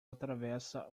atravessa